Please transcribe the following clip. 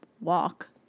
walk